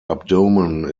abdomen